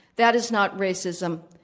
that is not racism,